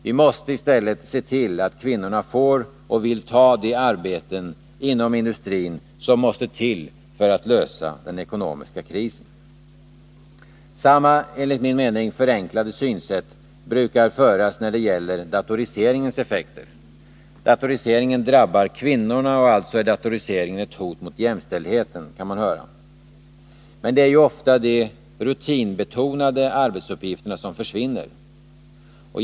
Vi måste i stället se till att kvinnorna får och vill ta de arbeten inom industrin som måste till för att lösa den ekonomiska krisen. Samma, enligt min mening, förenklade synsätt förekommer när det gäller datoriseringens effekter. Datoriseringen drabbar kvinnorna, och alltså är datoriseringen ett hot mot jämställdheten, kan man höra. Men det är ju ofta de rutinbetonade arbetsuppgifterna som försvinner.